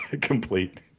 complete